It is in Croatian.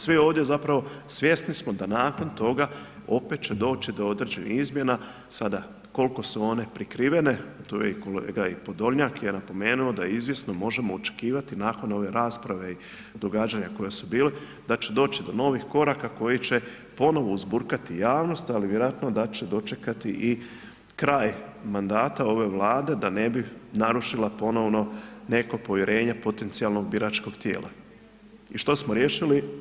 Svi ovdje zapravo svjesni smo da nakon toga opet će doći do određenih izmjena, sada kolko su one prikrivene, to je i kolega, i Podolnjak je napomenuo da izvjesno možemo očekivati nakon ove rasprave i događanja koja su bili da će doći do novih koraka koji će ponovo uzburkati javnost, ali vjerojatno da će dočekati i kraj mandata ove Vlade da ne bi narušila ponovno neko povjerenje potencijalnog biračkog tijela, i što smo riješili?